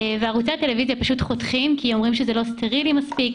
--- הם פשוט חוסכים ואומרים שזה לא סטרילי מספיק.